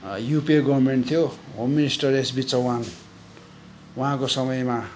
UPA government थियो home minister S B Chauhan उहाँको समयमा